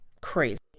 crazy